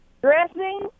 Dressing